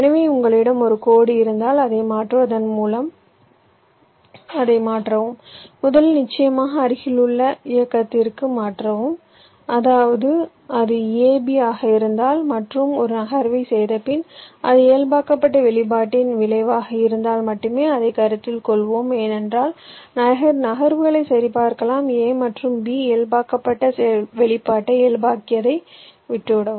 எனவே உங்களிடம் ஒரு கோடு இருந்தால் அதை மாற்றுவதன் மூலம் அதை மாற்றவும் முதலில் நிச்சயமாக அருகிலுள்ள இயக்கத்திற்கு மாறவும் அதாவது அது ab ஆக இருந்தால் மற்றும் ஒரு நகர்வைச் செய்தபின் அது இயல்பாக்கப்பட்ட வெளிப்பாட்டின் விளைவாக இருந்தால் மட்டுமே அதைக் கருத்தில் கொள்வோம் ஏனென்றால் நகர்வுகளைச் சரிபார்க்கலாம் a மற்றும் b இயல்பாக்கப்பட்ட வெளிப்பாட்டை இயல்பாக்கியதை விட்டுவிடும்